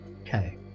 Okay